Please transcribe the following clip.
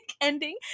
ending